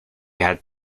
had